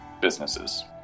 businesses